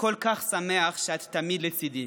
וכל כך שמח שאת תמיד לצידי.